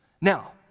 Now